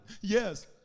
Yes